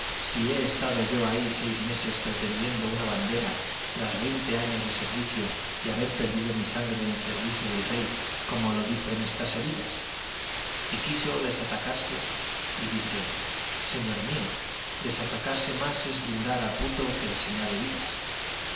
si he estado yo ahí seis meses pretendiendo una bandera tras veinte años de servicios y haber perdido mi sangre en servicio del rey como lo dicen estas heridas y quiso desatacarse y dije señor mío desatacarse más es brindar a puto que enseñar heridas